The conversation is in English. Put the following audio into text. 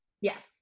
Yes